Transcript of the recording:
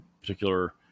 particular